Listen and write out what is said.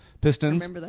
Pistons